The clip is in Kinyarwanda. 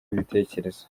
ibitekerezo